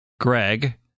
Greg